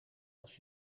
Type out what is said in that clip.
als